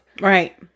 Right